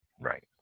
Right